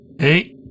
Hey